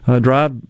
drive